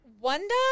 Wonder